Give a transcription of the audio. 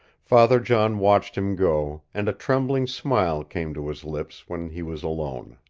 father john watched him go, and a trembling smile came to his lips when he was alone.